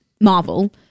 marvel